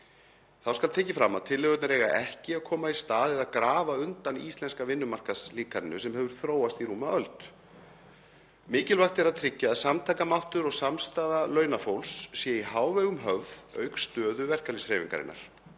Þá skal tekið fram að tillögurnar eiga ekki að koma í stað eða grafa undan íslenska vinnumarkaðslíkaninu sem hefur þróast í rúma öld. Mikilvægt er að tryggja að samtakamáttur og samstaða launafólks sé í hávegum höfð auk stöðu verkalýðshreyfingarinnar.